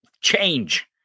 change